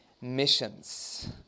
Missions